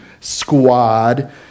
squad